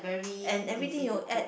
and everything you add